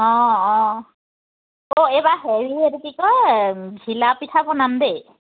অঁ অঁ অ' এইবাৰ হেৰি হেৰি কি কয় ঘিলা পিঠা বনাম দেই